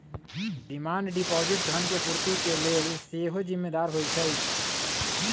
demand deposit धन के पूर्ति के लेल सेहो जिम्मेदार होइ छइ